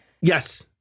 Yes